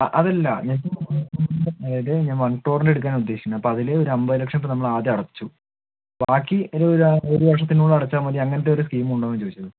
ആ അത് അല്ല ഞങ്ങക്ക് ഇപ്പം അതായത് ഞാൻ വൺ ക്രോറിൻ്റെ എടുക്കാനാ ഉദ്ദേശിക്കുന്നേ അപ്പ അതില് ഒര് അമ്പത് ലക്ഷം ഇട്ട് നമ്മൾ ആദ്യം അടച്ചു ബാക്കി ഇരുപത് രൂപ ഒര് വർഷത്തിനുള്ളില് അടച്ചാൽ മതി അങ്ങനത്തെ ഒര് സ്കീമ് ഉണ്ടോന്നാണ് ചോദിച്ചത്